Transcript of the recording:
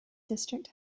district